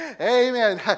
amen